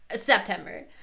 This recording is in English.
September